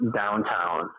downtown